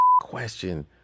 question